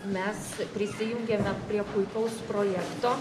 mes prisijungėme prie puikaus projekto